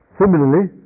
Similarly